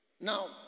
Now